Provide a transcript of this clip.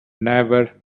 never